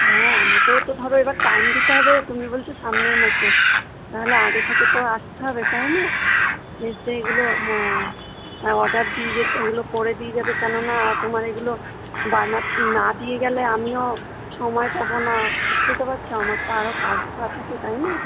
হ্যাঁ আমাকেও তো ধরো এবার টাইম দিতে হবে তুমি বলছো সামনের মাসে তাহলে আগে থেকে তো আসতে হবে তাই না মিস্ত্রিগুলো হ্যাঁ হ্যাঁ অর্ডার দিয়ে যেতে এগুলো করে দিয়ে যাবে কেন না তোমার এগুলো বানাতে না দিয়ে গেলে আমিও সময় পাবো না বুঝতেই তো পারছ আমার তো আরও কাজ ধরা থাকে তাই না